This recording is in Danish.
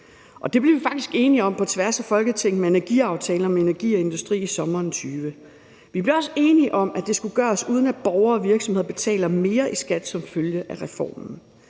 Det blev vi faktisk enige om på tværs af Folketinget med energiaftalen om energi og industri i sommeren 2020. Vi blev også enige om, at det skulle gøres, uden at borgere og virksomheder betaler mere i skat som følge af reformen.